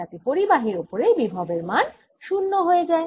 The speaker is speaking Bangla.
যাতে পরিবাহীর ওপরে বিভব এর মান 0 হয়ে যায়